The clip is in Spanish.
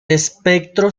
espectro